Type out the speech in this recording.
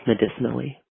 medicinally